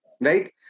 Right